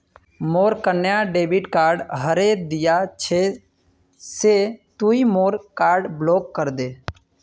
मोर कन्या credit card हरें दिया छे से तुई मोर कार्ड ब्लॉक करे दे